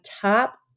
top